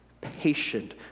patient